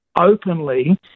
openly